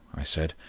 i said,